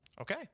Okay